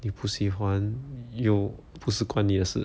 你不喜欢 you 不是管你的事